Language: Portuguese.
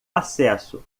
acesso